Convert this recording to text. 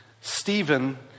Stephen